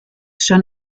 schon